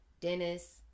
Dennis